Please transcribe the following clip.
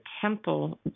Temple